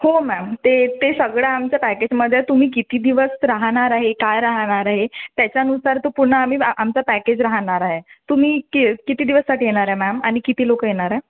हो मॅम ते ते सगळं आमचं पॅकेजमध्ये तुम्ही किती दिवस राहणार आहे काय राहणार आहे त्याच्यानुसार तो पूर्ण आम्ही आमचं पॅकेज राहणार आहे तुम्ही कि किती दिवससाठी येणार आहे मॅम आणि किती लोकं येणार आहेत